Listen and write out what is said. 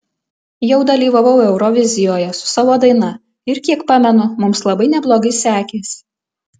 jau dalyvavau eurovizijoje su savo daina ir kiek pamenu mums labai neblogai sekėsi